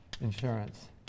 Insurance